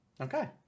Okay